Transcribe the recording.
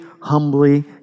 humbly